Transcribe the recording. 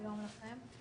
שלום לכם.